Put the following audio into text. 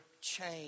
change